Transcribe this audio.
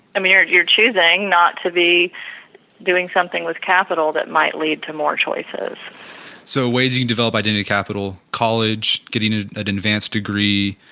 i mean, you are choosing not to be doing something with capital that might lead to more choices so, ways you can develop identity capital, college, getting an advanced degree,